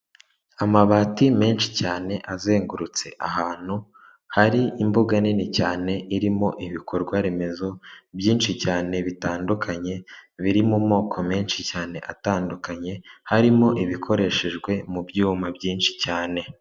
Amabati menshi cyane azengurutse ahantu hari imbuga nini cyane irimo ibikorwa remezo, byinshi cyane bitandukanye, biri mu moko menshi cyane atandukanye, harimo ibikoreshejwe mu byuma byinshi cyane.